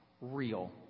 real